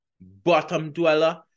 bottom-dweller